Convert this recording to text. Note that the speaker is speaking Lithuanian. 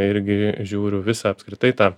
irgi žiūriu visą apskritai tą